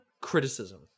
criticism